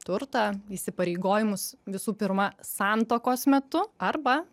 turtą įsipareigojimus visų pirma santuokos metu arba